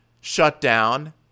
shutdown